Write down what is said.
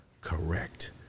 correct